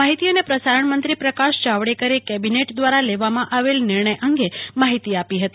માહિતી અને પ્રસારણ મંત્રી પ્રકાશ જાવડેકરે કેબિનેટ દ્વારા લેવામાં આવેલા નિર્ણય અંગે માહિતી આપી હતી